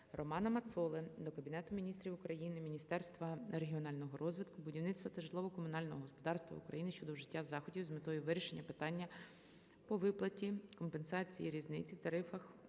Романа Мацоли до Кабінету Міністрів України, Міністерства регіонального розвитку, будівництва та житлово-комунального господарства України щодо вжиття заходів з метою вирішення питання по виплаті компенсації різниці в тарифах